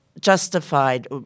justified